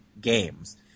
games